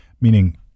meaning